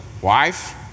wife